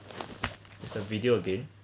is a video game